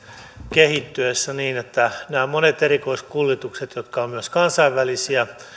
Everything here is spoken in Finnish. kehittyessä niin että monet erikoiskuljetukset jotka ovat myös kansainvälisiä